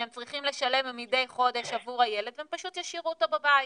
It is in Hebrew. שהם צריכים לשלם מדי חודש עבור הילד והם פשוט ישאירו אותו בבית.